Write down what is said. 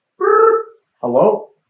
Hello